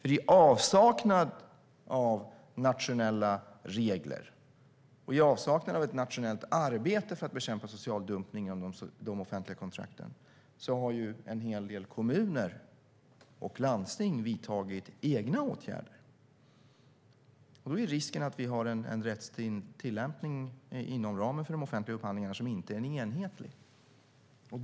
I avsaknad av nationella regler och ett nationellt arbete för att bekämpa social dumpning inom de offentliga kontrakten har en hel del kommuner och landsting vidtagit egna åtgärder. Risken är att vi då får en rättstillämpning inom ramen för de offentliga upphandlingarna som inte är enhetlig.